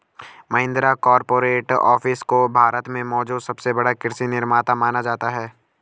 Mahindra corporate office को भारत में मौजूद सबसे बड़ा कृषि निर्माता माना जाता है